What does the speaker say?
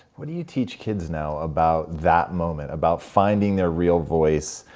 what do you teach kids now about that moment, about finding their real voice,